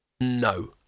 No